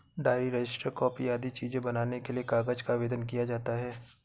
diary, register, copy आदि चीजें बनाने के लिए कागज का आवेदन किया जाता है